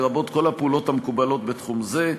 לרבות כל הפעולות המקובלות בתחום זה.